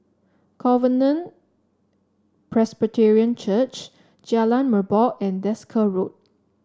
Covenant Presbyterian Church Jalan Merbok and Desker Road